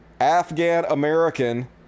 Afghan-American